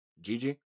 Gigi